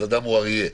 אז אדם הוא אריה.